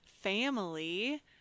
family